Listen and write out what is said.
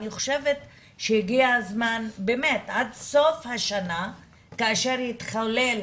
אני חושבת שהגיע הזמן באמת עד סוף השנה כאשר יתחולל